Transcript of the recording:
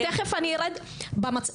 אה, הבנתי,